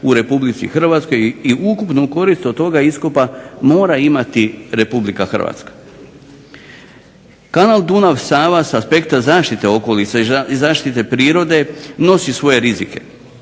u Republici Hrvatskoj i ukupnu korist od toga iskopa mora imati Republika Hrvatska. Kanal Dunav-Sava s aspekta zaštite okoliša i zaštite prirode nosi svoje rizike.